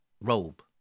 robe